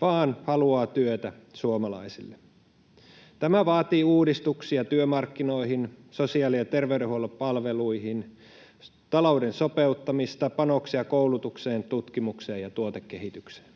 vaan haluaa työtä suomalaisille. Tämä vaatii uudistuksia työmarkkinoihin, sosiaali- ja terveydenhuollon palveluihin, talouden sopeuttamista sekä panoksia koulutukseen, tutkimukseen ja tuotekehitykseen.